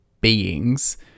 beings-